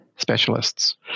specialists